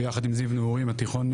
ביחד עם זיו נעורים התיכון,